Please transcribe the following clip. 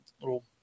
Little